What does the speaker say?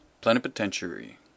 plenipotentiary